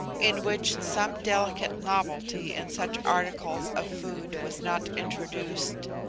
in which some delicate novelty in such articles of food was not introduced.